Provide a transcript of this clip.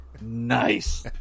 Nice